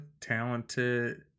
talented